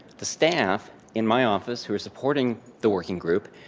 the staff in my office who are supporting the working group,